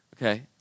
Okay